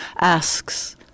Asks